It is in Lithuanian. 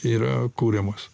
yra kuriamos